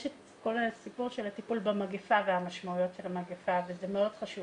יש את כל הסיפור של הטיפול במגפה והמשמעויות של המגפה וזה מאוד חשוב